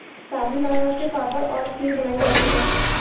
साबूदाना से पापड़ और खीर बनाई जाती है